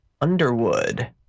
Underwood